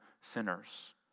sinners